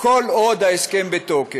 כל עוד ההסכם בתוקף.